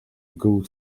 good